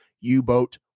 U-boat